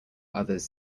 others